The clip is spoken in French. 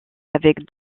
avec